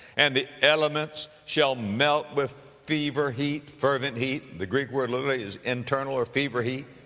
and the elements shall melt with fever heat, fervent heat. the greek word literally is internal or fever heat.